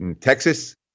Texas